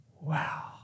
wow